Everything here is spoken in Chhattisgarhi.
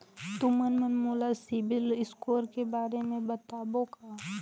तुमन मन मोला सीबिल स्कोर के बारे म बताबो का?